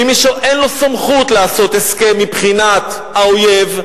עם מי שאין לו סמכות לעשות הסכם מבחינת האויב,